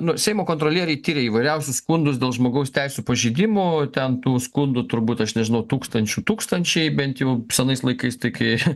nu seimo kontrolieriai tiria įvairiausius skundus dėl žmogaus teisių pažeidimų ten tų skundų turbūt aš nežinau tūkstančių tųkstančiai bent jau senais laikais kai aš